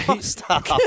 Stop